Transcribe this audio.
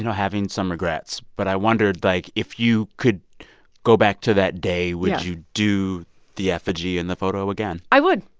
having some regrets. but i wondered, like, if you could go back to that day, would you do the effigy in the photo again? i would.